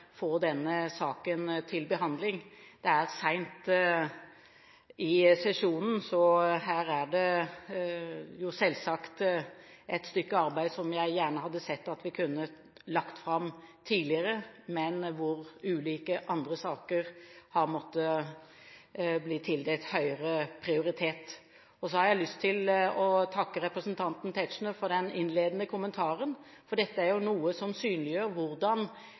få denne saken til behandling. Det er sent i sesjonen, så her er det selvsagt et stykke arbeid som jeg gjerne hadde sett at vi kunne lagt fram tidligere, men ulike andre saker har måttet bli tildelt høyere prioritet. Så har jeg lyst til å takke representanten Tetzschner for den innledende kommentaren. For dette er jo noe som synliggjør hvordan